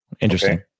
Interesting